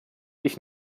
ich